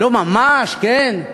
לא ממש, כן?